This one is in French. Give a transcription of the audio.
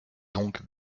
donc